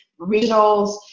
regionals